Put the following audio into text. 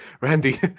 Randy